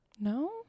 No